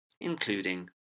including